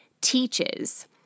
teaches